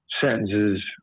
sentences